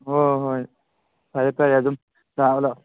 ꯍꯣꯏ ꯍꯣꯏ ꯐꯔꯦ ꯐꯔꯦ ꯑꯗꯨꯝ ꯂꯥꯛꯎ ꯂꯥꯛꯎ